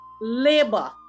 labor